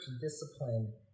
discipline